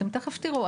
אתם תכף תראו.